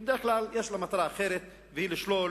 בדרך כלל יש להם מטרה אחרת: לשלול